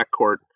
backcourt